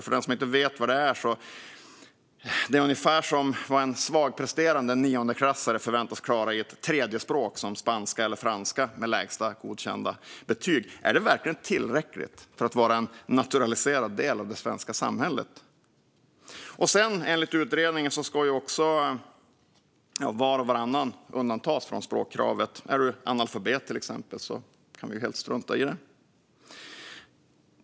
För den som inte vet vad det betyder: Det är ungefär vad en svagpresterande niondeklassare förväntas klara i ett tredjespråk som spanska eller franska för lägsta godkända betyg. Är det verkligen tillräckligt för att vara en naturaliserad del av det svenska samhället? Enligt utredningen ska också var och varannan undantas från språkkravet. Är du till exempel analfabet kan du helt strunta i det.